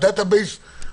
בדיוק.